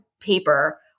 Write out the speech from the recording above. paper